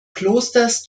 klosters